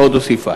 היא עוד הוסיפה.